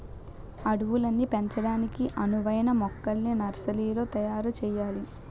అడవుల్ని పెంచడానికి అనువైన మొక్కల్ని నర్సరీలో తయారు సెయ్యాలి